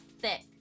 thick